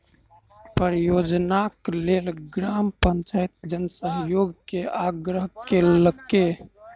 परियोजनाक लेल ग्राम पंचायत जन सहयोग के आग्रह केलकै